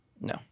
No